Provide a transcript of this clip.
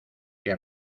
que